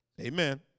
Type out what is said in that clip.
amen